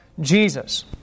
Jesus